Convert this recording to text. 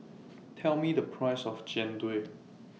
Tell Me The Price of Jian Dui